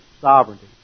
sovereignty